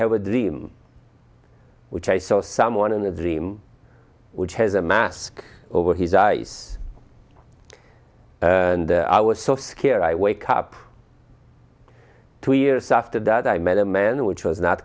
have a dream which i saw someone in a dream which has a mask over his eyes and i was so scared i wake up two years after that i met a man which was not